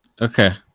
okay